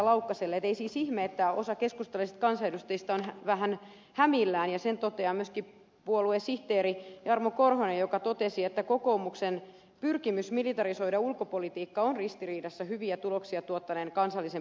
laukkaselle että ei siis ihme että osa keskustalaisista kansanedustajista on vähän hämillään ja sen toteaa myöskin puoluesihteeri jarmo korhonen joka totesi että kokoomuksen pyrkimys militarisoida ulkopolitiikka on ristiriidassa hyviä tuloksia tuottaneen kansallisen peruslinjan kanssa